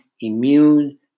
immune